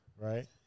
right